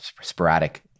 sporadic